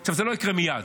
עכשיו, זה לא יקרה מייד.